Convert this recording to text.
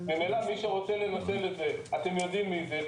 ממילא מי שרוצה לנצל את זה אתם יודעים מי זה,